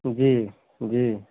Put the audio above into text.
जी जी